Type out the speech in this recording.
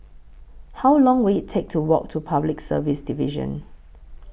How Long Will IT Take to Walk to Public Service Division